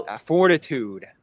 fortitude